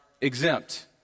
exempt